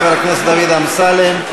חבר הכנסת דוד אמסלם.